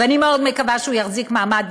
ואני מאוד מקווה שהוא יחזיק מעמד,